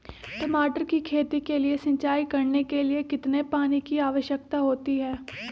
टमाटर की खेती के लिए सिंचाई करने के लिए कितने पानी की आवश्यकता होती है?